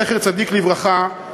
זכר צדיק לברכה,